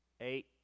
eight